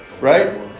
right